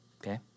okay